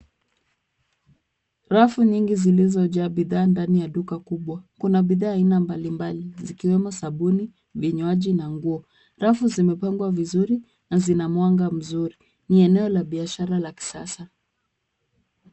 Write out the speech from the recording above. Rafu nyingi zilizojaa bidhaa ndani ya duka kubwa. Kuna bidhaa aina mbalimbali zikiwemo sabuni, vinywaji na nguo. Rafu zimepangwa vizuri na zina mwanga mzuri. Ni eneo la biashara la kisasa.